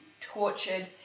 tortured